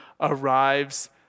arrives